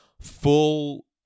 full